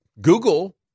Google